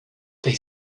they